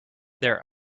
their